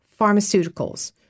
Pharmaceuticals